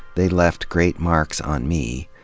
they left great marks on me,